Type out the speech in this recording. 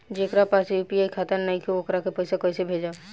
जेकरा पास यू.पी.आई खाता नाईखे वोकरा के पईसा कईसे भेजब?